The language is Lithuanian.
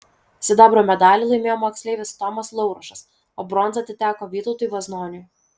sidabro medalį laimėjo moksleivis tomas laurušas o bronza atiteko vytautui vaznoniui